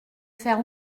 faire